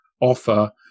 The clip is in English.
offer